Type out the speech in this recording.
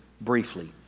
briefly